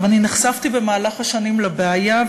אני נחשפתי במהלך השנים לבעיה,